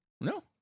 No